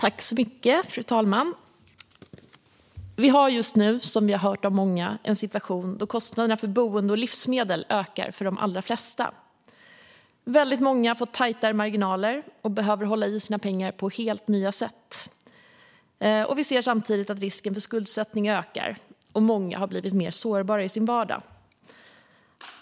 Fru talman! Vi har just nu, som vi hört från många, en situation då kostnaderna för boende och livsmedel ökar för de allra flesta. Många har fått tajta marginaler och behöver hålla i sina pengar på helt nya sätt. Vi ser samtidigt att risken för skuldsättning ökar och att många har blivit mer sårbara i sin vardag.